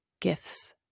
gifts